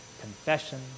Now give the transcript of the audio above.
Confession